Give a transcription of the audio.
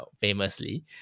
famously